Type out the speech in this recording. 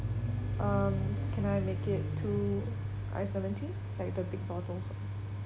um can I make it two ice lemon tea like the big bottles [one]